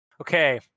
Okay